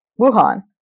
Wuhan